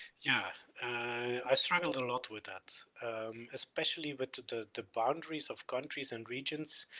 yeah i struggled a lot with that especially with the, the boundaries of countries and regions,